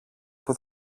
που